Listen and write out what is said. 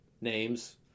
names